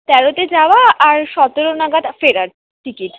তেরোতে যাওয়া আর সতেরো নাগাদ ফেরার টিকিট